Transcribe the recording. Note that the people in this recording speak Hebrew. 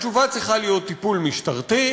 התשובה צריכה להיות טיפול משטרתי,